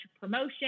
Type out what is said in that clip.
promotion